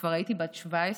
כשכבר הייתי בת 17,